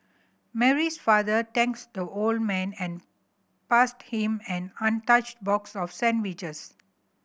Mary's father thanks the old man and passed him an untouched box of sandwiches